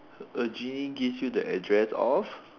a genie gives you the address of